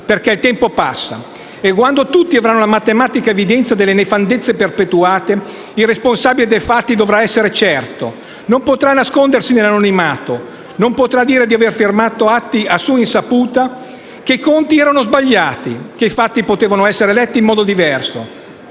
perché il tempo passa e quando tutti avranno la matematica evidenza delle nefandezze perpetuate, il responsabile dei fatti dovrà essere certo, non potrà nascondersi nell'anonimato, non potrà dire di aver firmato atti a sua insaputa, che i conti erano sbagliati, che i fatti potevano essere letti in modo diverso.